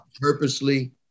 Purposely